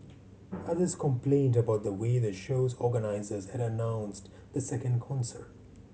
others complained about the way the show's organisers had announced the second concert